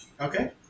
Okay